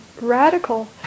radical